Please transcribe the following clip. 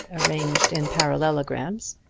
arranged in parallelograms,